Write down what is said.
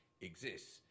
exists